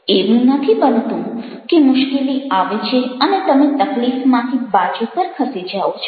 એવું નથી બનતું કે મુશ્કેલી આવે છે અને તમે તકલીફમાંથી બાજુ પર ખસી જાઓ છો